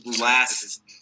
last